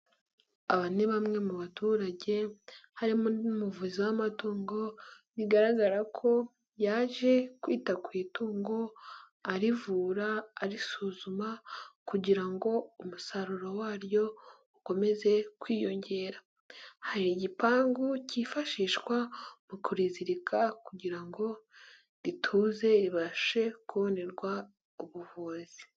Aba ni bamwe mu baturage harimo n'umuvuzi w'amatungo, bigaragara ko yaje kwita ku itungo arivura, arisuzuma kugira ngo umusaruro waryo ukomeze kwiyongera. Hari igipangu cyifashishwa mu kurizirika kugira ngo rituze ribashe kubonerwa ubuvuzi.